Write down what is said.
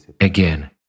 Again